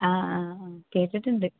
ആ ആ ആ കേട്ടിട്ടുണ്ട്